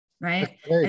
Right